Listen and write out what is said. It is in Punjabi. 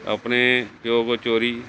ਆਪਣੇ ਪਿਓ ਤੋਂ ਚੋਰੀ